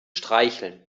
streicheln